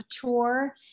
tour